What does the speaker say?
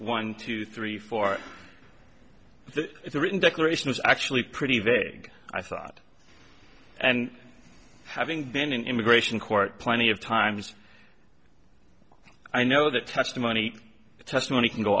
one two three four the written declaration is actually pretty vague i thought and having been an immigration court plenty of times i know that testimony testimony can go